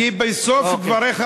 כי בסוף דבריך,